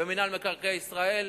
במינהל מקרקעי ישראל,